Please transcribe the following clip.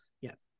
Yes